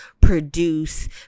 produce